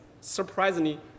surprisingly